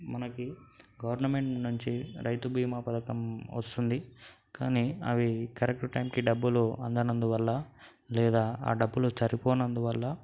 మనకి గవర్నమెంట్ నుంచి రైతు భీమా పథకం వస్తుంది కానీ అవి కరెక్ట్ టైంకి డబ్బులు అందనందు వల్ల లేదా ఆ డబ్బులు సరిపోనందు వల్ల